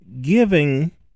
giving